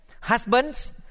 Husbands